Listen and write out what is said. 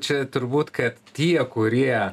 čia turbūt kad tie kurie